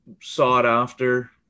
sought-after